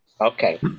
Okay